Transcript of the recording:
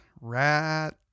rat